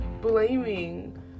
blaming